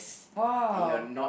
!wow!